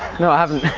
no, i haven't!